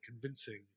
convincing